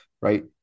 right